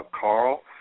Carl